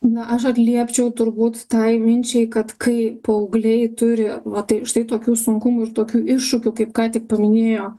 na aš atliepčiau turbūt tai minčiai kad kai paaugliai turi va tai štai tokių sunkumų ir tokių iššūkių kaip ką tik paminėjo